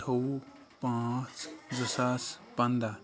اَٹھوُہ پانٛژھ زٕ ساس پَنٛداہ